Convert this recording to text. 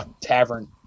tavern